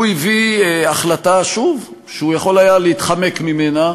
הוא הביא החלטה, שוב, שהוא יכול היה להתחמק ממנה,